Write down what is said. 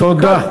תודה.